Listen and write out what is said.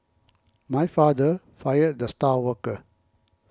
my father fired the star worker